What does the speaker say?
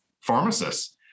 pharmacists